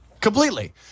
Completely